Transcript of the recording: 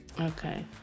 Okay